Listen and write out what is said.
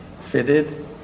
fitted